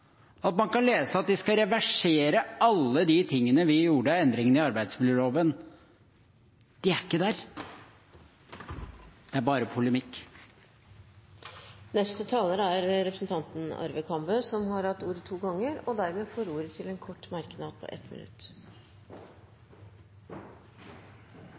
man kan lese at de skal reversere alt vi gjorde av endringer i arbeidsmiljøloven? De er ikke der. Det er bare polemikk. Representanten Arve Kambe har hatt ordet to ganger tidligere og får ordet til en kort merknad, begrenset til 1 minutt.